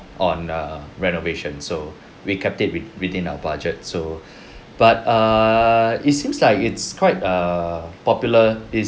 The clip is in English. on err renovation so we kept it with within our budget so but err it seems like it's quite err popular it's